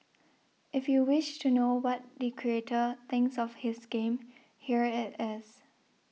if you wish to know what the creator thinks of his game here it is